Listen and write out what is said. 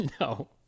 No